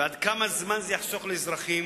ועד כמה זה יחסוך זמן לאזרחים,